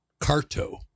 Carto